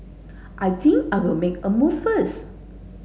I think I will make a move first